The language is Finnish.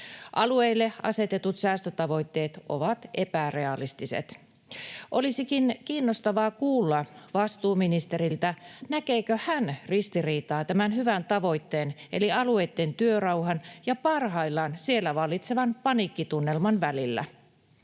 Alueille asetetut säästötavoitteet ovat epärealistiset. Olisikin kiinnostavaa kuulla vastuuministeriltä, näkeekö hän ristiriitaa tämän hyvän tavoitteen eli alueitten työrauhan ja parhaillaan siellä vallitsevan paniikkitunnelman välillä.